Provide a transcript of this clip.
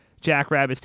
Jackrabbits